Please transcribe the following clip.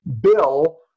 bill